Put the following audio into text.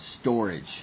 storage